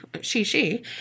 she-she